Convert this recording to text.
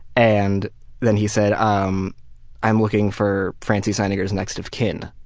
and then he said um i'm looking for francie seiniger's next of kin,